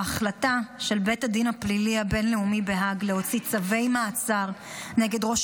ההחלטה של בית הדין הפלילי הבין-לאומי בהאג להוציא צווי מעצר נגד ראש